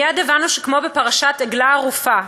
מייד הבנו שכמו בפרשת עגלה ערופה,